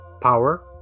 power